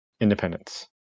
Independence